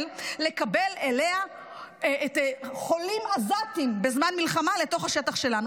לקבל אליה חולים עזתיים בזמן מלחמה לתוך השטח שלנו.